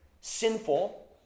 sinful